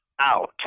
out